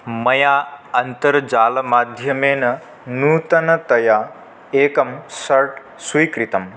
मया अन्तर्जालमाध्यमेन नूतनतया एकं सर्ट् स्वीकृतं